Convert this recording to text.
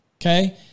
okay